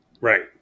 Right